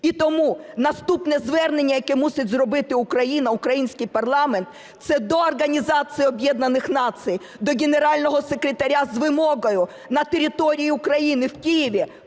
І тому наступне звернення, яке мусить зробити Україна, український парламент, – це до Організації Об'єднаних Націй, до Генерального секретаря з вимогою на території України в Києві